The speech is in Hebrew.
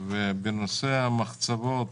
בנושא המחצבות,